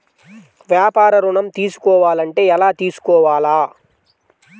వ్యాపార ఋణం తీసుకోవాలంటే ఎలా తీసుకోవాలా?